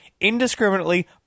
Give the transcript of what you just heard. indiscriminately